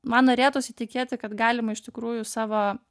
man norėtųsi tikėti kad galima iš tikrųjų savo